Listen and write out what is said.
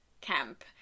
camp